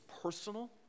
personal